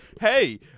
hey